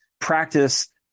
practice